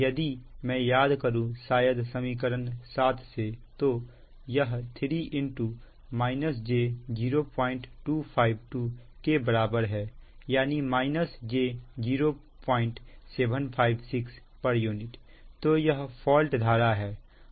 यदि मैं याद करूं शायद समीकरण 7 तो यह 3 j0252 के बराबर है यानी माइनस j 0756 pu तो यह फॉल्ट धारा है